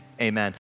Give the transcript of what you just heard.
amen